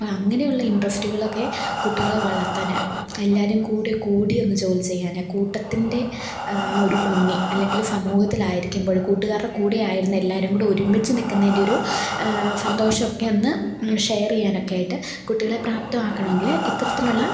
അങ്ങനെയുള്ള ഇൻട്രസ്റ്റുകളൊക്കെ കുട്ടികളെ വളർത്താന് എല്ലാരും കൂടെ കൂടിയൊന്ന് ജോലി ചെയ്യാൻ കൂട്ടത്തിൻ്റെ ഒരു ഭംഗി അല്ലെങ്കിൽ സമൂഹത്തിലായിരിക്കുമ്പോൾ കൂട്ടുകാരുടെ കൂടെ ആയിരുന്നു എല്ലാവരും കൂടെ ഒരുമിച്ച് നിൽക്കുന്നതിൻ്റെ ഒരു സന്തോഷമൊക്കെ ഒന്ന് ഷെയർ ചെയ്യാനൊക്കെയായിട്ട് കുട്ടികളെ പ്രാപ്തമാക്കണമെങ്കിൽ ഇത്തരത്തിലുള്ള